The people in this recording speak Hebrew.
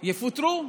יפוטרו.